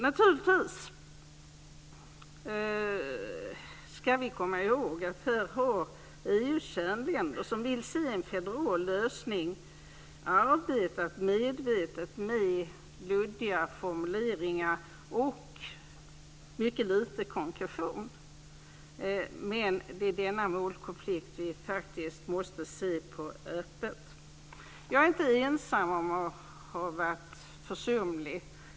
Naturligtvis ska vi komma ihåg att EU:s kärnländer, som vill se en federal lösning, har arbetat medvetet med luddiga formuleringar och mycket lite konkretion. Det är denna målkonflikt vi faktiskt måste se på öppet. Jag är inte ensam om att ha varit försumlig.